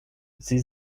sie